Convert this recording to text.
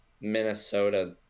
Minnesota